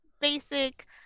basic